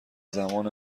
زمان